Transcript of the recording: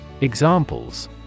Examples